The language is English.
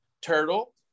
turtle